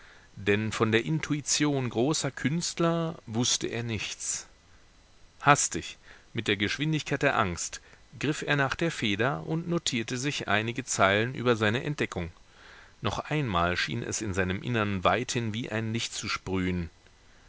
denn von der intuition großer künstler wußte er nichts hastig mit der geschwindigkeit der angst griff er nach der feder und notierte sich einige zeilen über seine entdeckung noch einmal schien es in seinem innern weithin wie ein licht zu sprühen